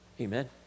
Amen